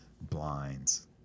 blinds